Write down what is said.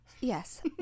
yes